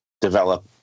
develop